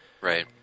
Right